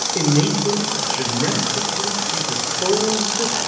innately, genetically predisposed.